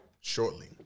shortly